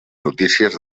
notícies